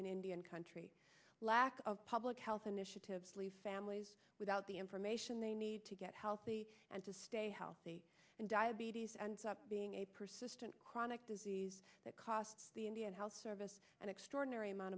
indian country lack of public health initiatives leave families without the information they need to get healthy and to stay healthy and diabetes ends up being a persistent chronic disease that costs the indian health service an extraordinary amount